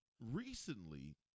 recently